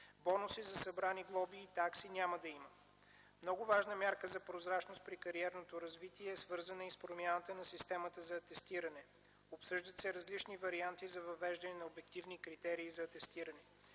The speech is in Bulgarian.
Бонуси за събрани глоби и такси няма да има. Много важна мярка за прозрачност при кариерното развитие е свързана и с промяната на системата за атестиране. Обсъждат се различни варианти за въвеждане на ефективни критерии за атестиране.